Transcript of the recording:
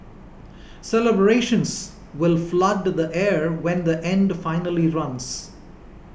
celebrations will flood the air when the end finally runs